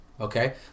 okay